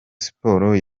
sports